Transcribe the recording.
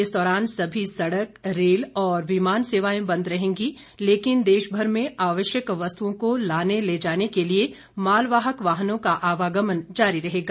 इस दौरान सभी सड़क रेल और विमान सेवाए बंद रहेंगी लेकिन देशभर में आवश्यक वस्तुओं को लाने ले जाने के लिए मालवाहक वाहनों का आवागमन जारी रहेगा